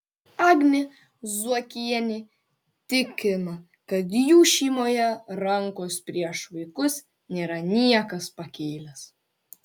agnė zuokienė tikina kad jų šeimoje rankos prieš vaikus nėra niekas pakėlęs